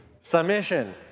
submission